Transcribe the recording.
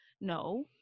no